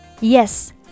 Yes